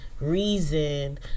reason